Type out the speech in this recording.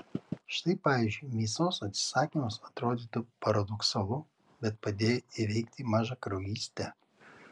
štai pavyzdžiui mėsos atsisakymas atrodytų paradoksalu bet padėjo įveikti mažakraujystę